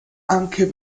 anche